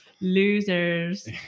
losers